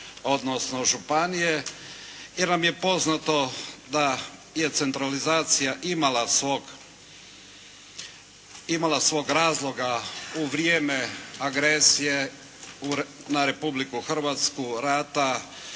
odnosno županije, jer nam je poznato da je centralizacija imala svog razloga u vrijeme agresije na Republiku Hrvatsku, rata,